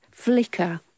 Flicker